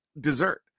dessert